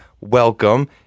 welcome